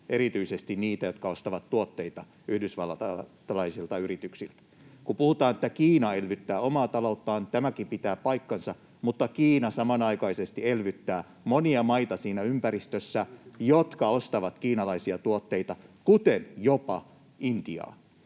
erityisesti niitä, jotka ostavat tuotteita yhdysvaltalaisilta yrityksiltä. Kun puhutaan, että Kiina elvyttää omaa talouttaan, tämäkin pitää paikkansa, mutta Kiina samanaikaisesti elvyttää monia maita siinä ympäristössä, jotka ostavat kiinalaisia tuotteita, kuten jopa Intiaa.